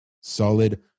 solid